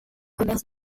commerce